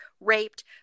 raped